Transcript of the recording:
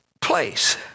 place